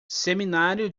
seminário